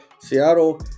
seattle